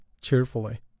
cheerfully